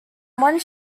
one